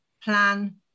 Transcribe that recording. plan